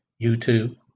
YouTube